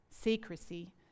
secrecy